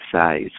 size